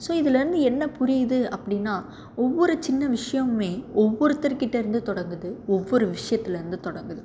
so இதுலேருந்து என்ன புரியுது அப்படின்னா ஒவ்வொரு சின்ன விஷயமும் ஒவ்வொருத்தருகிட்டேருந்தும் தொடங்குது ஒவ்வொரு விஷயத்துலருந்தும் தொடங்குது